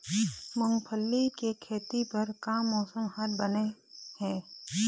मूंगफली के खेती बर का मौसम हर बने ये?